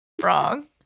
Wrong